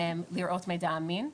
לראות מידע אמין.